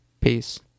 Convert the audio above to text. peace